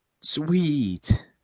Sweet